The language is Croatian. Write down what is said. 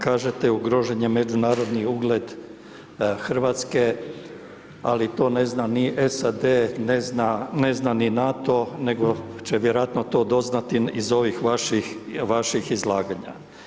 Kažete ugrožen je međunarodni ugled Hrvatske ali to ne zna ni SAD, ne zna ni NATO, nego će vjerojatno to doznati iz ovih vaših izlaganja.